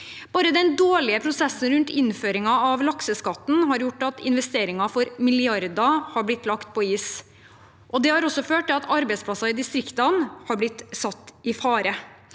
Bare den dårlige prosessen rundt innføringen av lakseskatten har gjort at investeringer for milliarder har blitt lagt på is, og det har også ført til at arbeidsplasser i distriktene har blitt satt i fare.